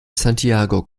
santiago